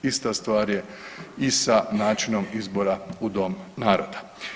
Ista stvar je i sa načinom izbora u dom naroda.